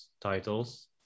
titles